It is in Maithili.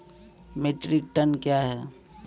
मीट्रिक टन कया हैं?